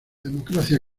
democracia